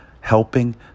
helping